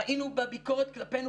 ראינו בביקורת כלפינו,